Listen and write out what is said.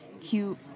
cute